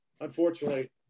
unfortunately